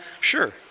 Sure